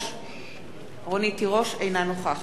אינה נוכחת ובכן,